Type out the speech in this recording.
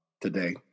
today